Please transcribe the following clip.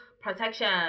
protection